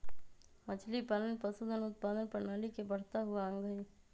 मछलीपालन पशुधन उत्पादन प्रणाली के बढ़ता हुआ अंग हई